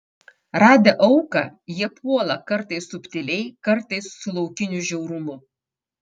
radę auką jie puola kartais subtiliai kartais su laukiniu žiaurumu